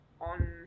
on